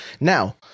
Now